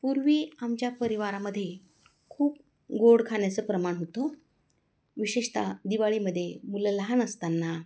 पूर्वी आमच्या परिवारामध्ये खूप गोड खाण्याचं प्रमाण होतं विशेषत दिवाळीमध्ये मुलं लहान असताना